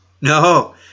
No